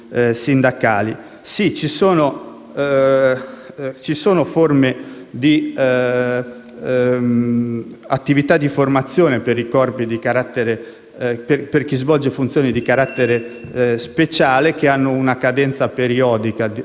Ci sono - è vero - attività di formazione per chi svolge funzioni di carattere speciale, che hanno una cadenza periodica, della quale onestamente non le saprei riferire